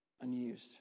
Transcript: Unused